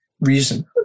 reason